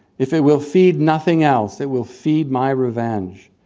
if it will feed nothing else, it will feed my revenge.